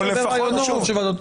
בוקר טוב,